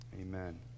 amen